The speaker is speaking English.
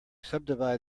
subdivide